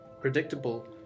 Predictable